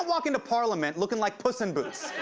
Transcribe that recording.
walk into parliament looking like puss in boots.